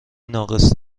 ناقص